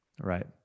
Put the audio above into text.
Right